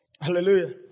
Hallelujah